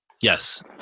yes